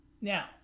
Now